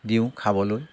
দিওঁ খাবলৈ